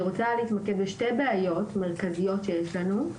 אני רוצה להתמקד בשתי בעיות מרכזיות שיש לנו: